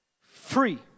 Free